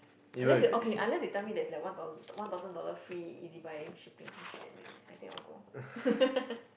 unless okay unless you tell me there's that's one thousand one thousand dollars free ezbuy and shipping or some shit and then I think I'll go